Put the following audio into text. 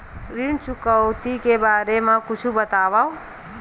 ऋण चुकौती के बारे मा कुछु बतावव?